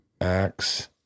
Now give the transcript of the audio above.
axe